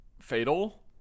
fatal